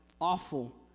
Awful